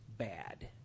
bad